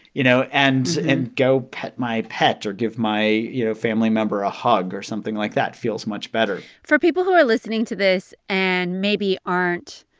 you know, and and go pet my pet or give my, you know, family member a hug or something like that? feels much better for people who are listening to this and maybe aren't